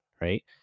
right